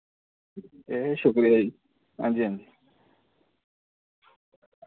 ए शुक्रिया जी हां जी हां जी